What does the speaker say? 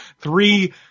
three